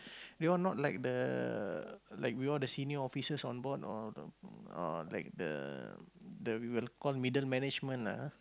they are not like the like we all the senior offices on board or know or like the the we will call middle management lah ah